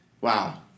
Wow